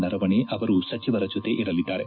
ನರವಣೆ ಅವರು ಸಚಿವರ ಜತೆ ಇರಲಿದ್ದಾರೆ